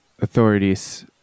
authorities